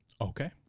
Okay